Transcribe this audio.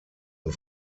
und